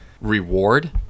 reward